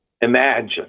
imagine